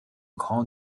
grand